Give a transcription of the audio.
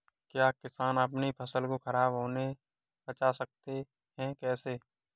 क्या किसान अपनी फसल को खराब होने बचा सकते हैं कैसे?